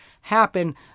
happen